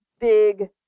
big